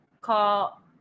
call